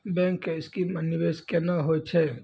Bank के scheme मे निवेश केना होय छै?